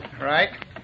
Right